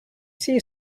see